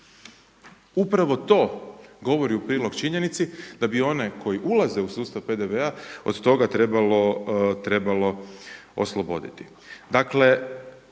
upravo to govori u prilog činjenici da bi one koje ulaze u sustav PDV-a od toga trebalo osloboditi.